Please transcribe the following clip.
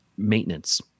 maintenance